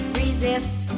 resist